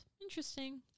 Interesting